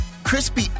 Crispy